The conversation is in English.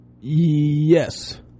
Yes